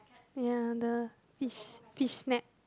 ya the fish fish snack